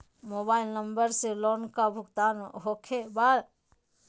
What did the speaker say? Mobile number से loan का भुगतान होखे बा?